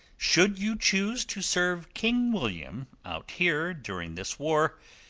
should you choose to serve king william out here during this war,